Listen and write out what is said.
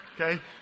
okay